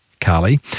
Carly